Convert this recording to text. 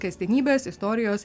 kasdienybės istorijos